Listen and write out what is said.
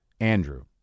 Andrew